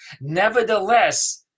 nevertheless